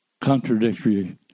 contradictory